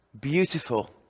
beautiful